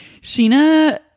Sheena